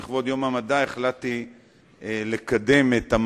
לכבוד יום המדע,